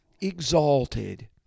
exalted